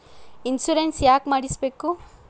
Insurance ಯಾಕ್ ಮಾಡಿಸಬೇಕು?